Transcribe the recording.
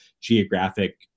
geographic